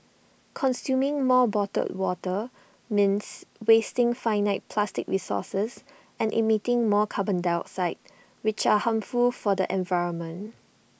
consuming more bottled water means wasting finite plastic resources and emitting more carbon dioxide which are harmful for the environment